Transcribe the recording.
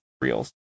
Reels